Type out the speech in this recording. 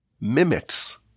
mimics